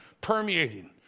permeating